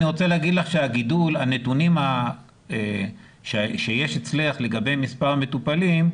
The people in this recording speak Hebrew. אני רוצה לומר לך שהנתונים שיש לך לגבי מספר המטופלים,